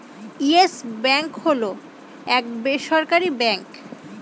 yes Bank হল এক বেসরকারি ব্যাঙ্ক